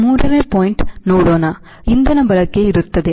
3ne point ಹೇಳೋಣ ಇಂಧನ ಬಳಕೆ ಇರುತ್ತದೆ